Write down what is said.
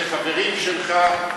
אלה חברים שלך,